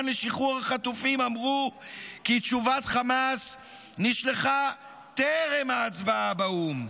לשחרור החטופים אמרו כי תשובת חמאס נשלחה טרם ההצבעה באו"ם.